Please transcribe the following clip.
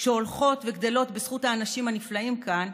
שהולכות וגדלות בזכות האנשים הנפלאים כאן,